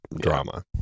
drama